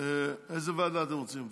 איזו ועדה אתם רוצים?